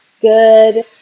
good